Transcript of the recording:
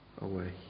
away